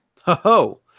Ho-ho